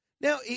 Now